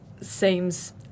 seems